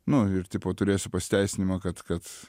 nu ir tipo turėsiu pasiteisinimą kad kad